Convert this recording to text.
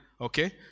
Okay